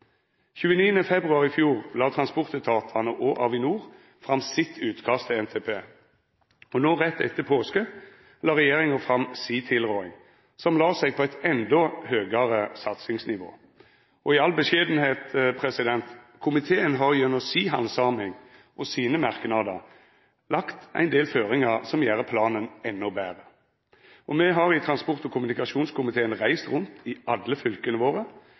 29. februar i fjor la transportetatane og Avinor fram sitt utkast til NTP. No rett etter påske la regjeringa fram si tilråding, der ein la seg på eit endå høgare satsingsnivå – og i all beskjedenheit: Komiteen har gjennom si handsaming og sine merknadar lagt ein del føringar som gjer planen endå betre. Me i transport- og kommunikasjonskomiteen har reist rundt i alle fylka våre,